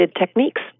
techniques